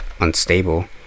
unstable